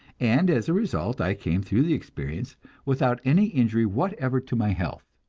and as a result i came through the experience without any injury whatever to my health.